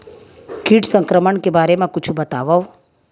कीट संक्रमण के बारे म कुछु बतावव?